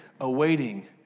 awaiting